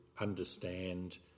understand